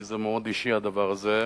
כי זה מאוד אישי הדבר הזה: